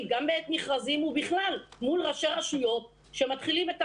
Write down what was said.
גם בעת מכרזים ובכלל מול ראשי הרשויות שמתחילים,